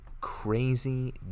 crazy